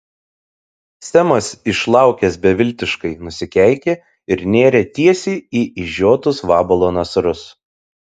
semas išlaukęs beviltiškai nusikeikė ir nėrė tiesiai į išžiotus vabalo nasrus